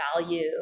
value